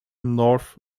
north